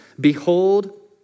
behold